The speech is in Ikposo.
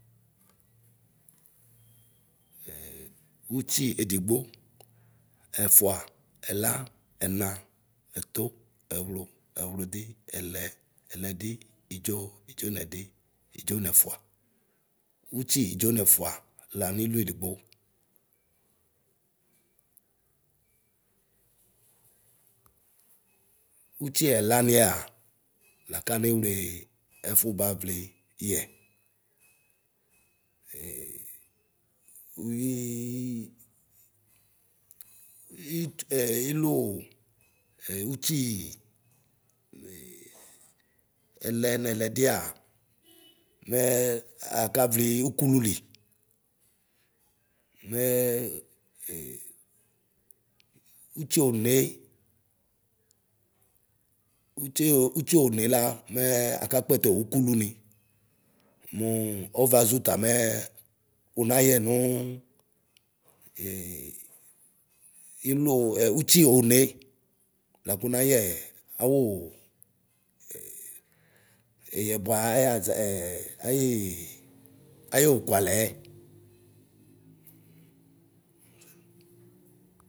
Ʋtsi edigbo, ɛfua ɛla, ɛna, ɛtʋ, ɛwlʋ, ɛwluɔ, ɛlɛ, ɛlɛdɔ idzo, idzonɛdɔ idzonɛfua. Utsi idzonɛfua la nilu edigbo utsi ɛlaniɛa lakanewle ɛfu bavliyɛ. uyii eilu, e utsii ɛlɛ nɛlɛdia mɛ akalavli ukululi, mɛɛ utsone, utsi utsionela mɛ akaa aka kpɛtɛ ukuluni mu ɔvazuta mɛɛ unayɛ nuu ilue utsi one lakunayɛ awuu ɛyɛbua ayaʒaɛɛ ayii ayokualɛɛ.